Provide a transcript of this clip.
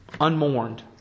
Unmourned